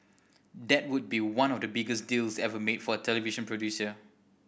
that would be one of the biggest deals ever made for a television producer